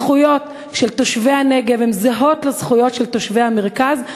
הזכויות של תושבי הנגב זהות לזכויות של תושבי המרכז,